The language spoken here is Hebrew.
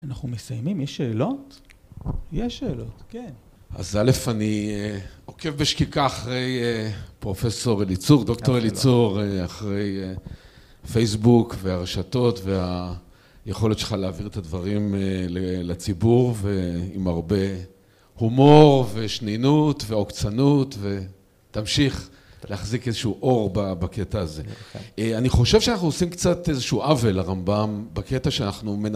אנחנו מסיימים, יש שאלות? יש שאלות, כן. אז א' אני עוקב בשקיקה אחרי פרופ' אליצור, דוקטור אליצור, אחרי פייסבוק והרשתות והיכולת שלך להעביר את הדברים לציבור ועם הרבה הומור ושנינות ועוקצנות ותמשיך להחזיק איזשהו אור בקטע הזה. אני חושב שאנחנו עושים קצת איזשהו עוול לרמב״ם בקטע שאנחנו...